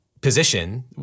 position